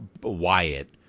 Wyatt